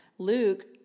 Luke